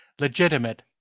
legitimate